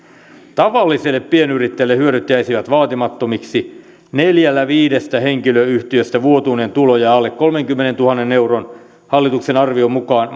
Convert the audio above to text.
tavalliselle pienyrittäjälle hyödyt jäisivät vaatimattomiksi neljällä viidestä henkilöyhtiöstä vuotuinen tulo jää alle kolmenkymmenentuhannen euron hallituksen arvion mukaan